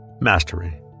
Mastery